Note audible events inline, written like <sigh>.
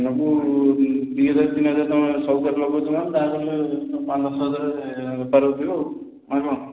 ଦିନକୁ ଦୁଇ ହଜାର ତିନି ହଜାର ଟଙ୍କା ସଉଦାରେ ଲଗାଉଛ ମାନେ ତା'ହେଲେ ପାଞ୍ଚ ଦଶ ହଜାର ବେପାର ହେଉଥିବ ଆଉ <unintelligible>